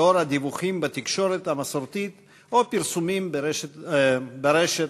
לאור הדיווחים בתקשורת המסורתית או פרסומים ברשת